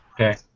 Okay